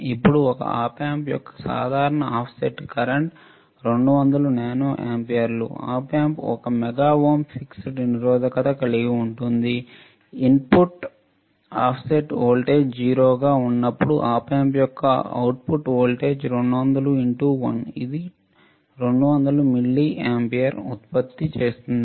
ఇప్పుడు ఒక op amp యొక్క సాధారణ ఆఫ్సెట్ కరెంట్ 200 నానో ఆంపియర్లు ఆప్ ఆంప్ ఒక మెగా ఓం ఫీడ్బ్యాక్ నిరోధకతను కలిగి ఉంది ఇన్పుట్ ఆఫ్సెట్ వోల్టేజ్ 0 గా ఉన్నపుడుOp Amp యొక్క అవుట్పుట్ వోల్టేజ్ 200 1 ఇది 200 మిల్లియాంపియర్ ఉత్పత్తి చేస్తుంది